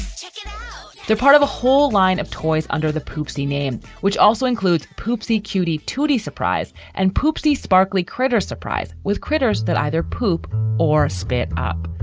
chicken they're part of a whole line of toys under the poopsie name, which also includes poopsie kutty tuti surprise and poopsie sparkly critters surprise with critters that either poop or spit up.